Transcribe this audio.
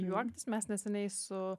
juoktis mes neseniai su